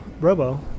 robo